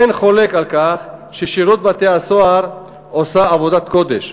אין חולק על כך ששירות בתי-הסוהר עושה עבודת קודש.